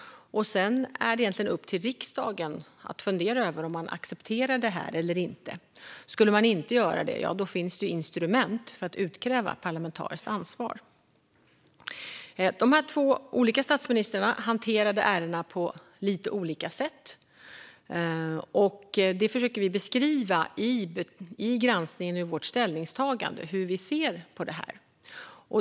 Sedan är det egentligen upp till riksdagen att fundera över om man accepterar detta eller inte. Skulle man inte göra det finns det instrument för att utkräva parlamentariskt ansvar. De två olika statsministrarna hanterade ärendena på lite olika sätt, och i vårt ställningstagande försöker vi beskriva hur vi ser på det.